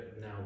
now